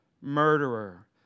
murderer